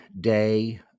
day